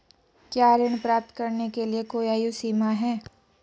क्या ऋण प्राप्त करने के लिए कोई आयु सीमा है?